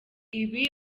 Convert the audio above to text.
ibi